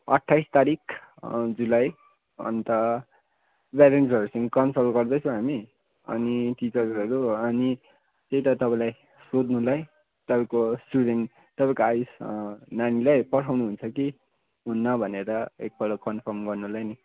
अट्ठाइस तारिख जुलाई अन्त प्यारेन्ट्सहरूसँग कन्सल्ट गर्दैछौँ हामी अनि टिचर्सहरू अनि त्यही त तपाईँलाई सोध्नुलाई तपाईँको स्टुडेन्ट तपाईँको आयुष नानीलाई पठाउनुहुन्छ कि हुन्न भनेर एकपल्ट कन्फर्म गर्नुलाई नि